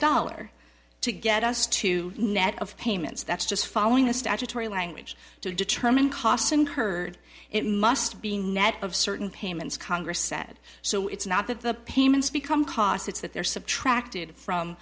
dollar to get us to net of payments that's just following the statutory language to determine costs incurred it must be net of certain payments congress said so it's not that the payments become cos it's that they're subtracted from